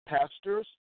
pastors